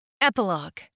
Epilogue